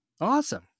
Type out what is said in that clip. Awesome